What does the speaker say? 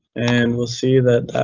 and we'll see that